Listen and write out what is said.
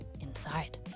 inside